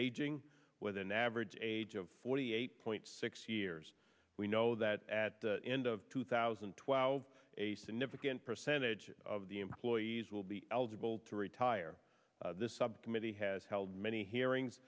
aging with an average age of forty eight point six years we know that at the end of two thousand and twelve a significant percentage of the employees will be eligible to retire this subcommittee has held many hearings